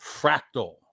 fractal